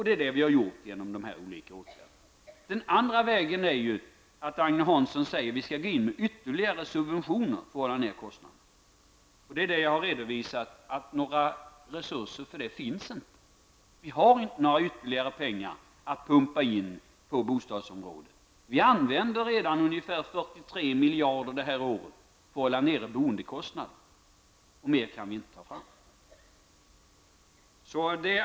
Det är det vi har gjort genom dessa olika åtgärder. Agne Hansson säger att vi skall gå in med ytterligare subventioner för att hålla nere kostnaderna. Jag har redovisat att några resurser för detta inte finns. Vi har inte ytterligare pengar att pumpa in på bostadsområdet. Vi använder redan ungefär 43 miljarder detta år för att hålla nere boendekostnaden. Mer kan vi inte ta fram.